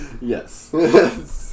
Yes